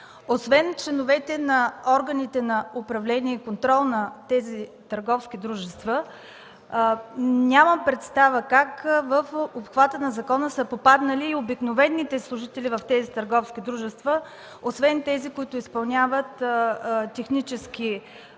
Освен членовете на органите на управление и контрол на тези търговски дружества, нямам представа как в обхвата на закона са попаднали обикновените служители в търговските дружества – тези, които изпълняват технически длъжности.